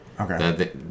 okay